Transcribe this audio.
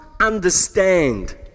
understand